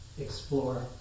explore